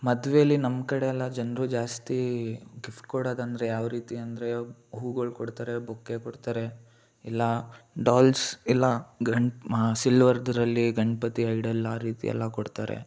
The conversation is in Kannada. ಮದ್ವೆಯಲ್ಲಿ ನಮ್ಮ ಕಡೆಯೆಲ್ಲ ಜನರು ಜಾಸ್ತಿ ಗಿಫ್ಟ್ ಕೊಡೋದಂದರೆ ಯಾವ ರೀತಿ ಅಂದರೆ ಹೂಗಳು ಕೊಡ್ತಾರೆ ಬೊಕ್ಕೆ ಕೊಡ್ತಾರೆ ಇಲ್ಲ ಡಾಲ್ಸ್ ಇಲ್ಲ ಗಣ ಸಿಲ್ವರ್ದರಲ್ಲಿ ಗಣಪತಿ ಐಡೆಲ್ ಆ ರೀತಿಯೆಲ್ಲ ಕೊಡ್ತಾರೆ